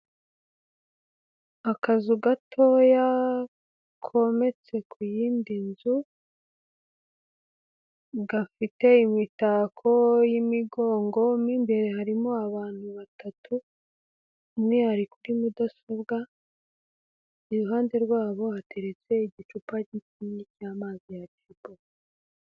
Akazu gatoya kometse ku y'indi nzu, gafite imitako y'imigongo, mo imbere harimo abantu batatu, umwe ari kuri mudasobwa, iruhande rwabo hateretse igicupa kinini cy'amazi ya Jibu.